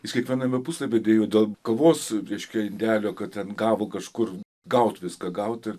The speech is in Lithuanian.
jis kiekviename puslapyje dėjo dėl kavos indelio kad ten gavo kažkur gauti viską gauti